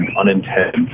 unintended